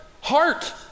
heart